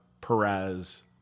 Perez